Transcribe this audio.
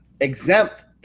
exempt